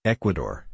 Ecuador